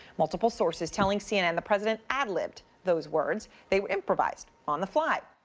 multiple sources telling cnn the president ad-libbed those words, they were improvised, on the fly.